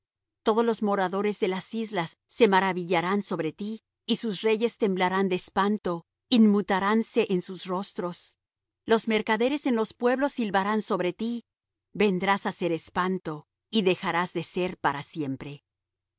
todos los moradores de las islas se maravillarán sobre ti y sus reyes temblarán de espanto inmutaránse en sus rostros los mercaderes en los pueblos silbarán sobre ti vendrás á ser espanto y dejarás de ser para siempre